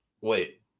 Wait